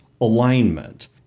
alignment